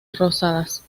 rosadas